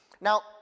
Now